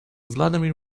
vladimir